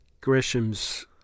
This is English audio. Gresham's